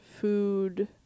Food